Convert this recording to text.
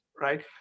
right